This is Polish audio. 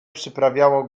przyprawiało